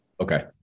Okay